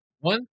One